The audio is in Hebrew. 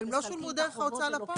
אבל הם לא שולמו דרך ההוצאה לפועל.